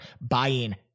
buying